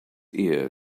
ear